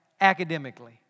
academically